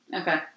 Okay